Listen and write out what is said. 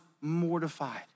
mortified